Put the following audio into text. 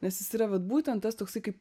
nes jis yra vat būtent tas toksai kaip